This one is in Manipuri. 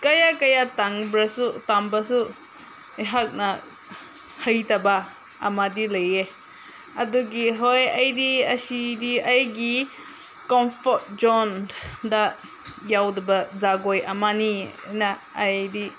ꯀꯌꯥ ꯀꯌꯥ ꯇꯝꯕꯁꯨ ꯑꯩꯍꯥꯛꯅ ꯍꯩꯇꯕ ꯑꯃꯗꯤ ꯂꯩ ꯑꯗꯨꯒꯤ ꯍꯣꯏ ꯑꯩꯗꯤ ꯑꯁꯤꯗꯤ ꯑꯩꯒꯤ ꯀꯣꯝꯐꯣꯔꯠ ꯖꯣꯟꯗ ꯌꯥꯎꯗꯕ ꯖꯒꯣꯏ ꯑꯃꯅꯤꯅ ꯑꯩꯗꯤ